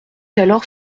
alors